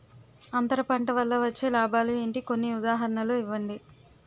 అంతర పంట వల్ల వచ్చే లాభాలు ఏంటి? కొన్ని ఉదాహరణలు ఇవ్వండి?